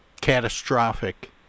catastrophic